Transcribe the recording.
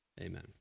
amen